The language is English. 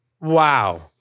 Wow